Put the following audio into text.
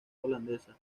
holandesa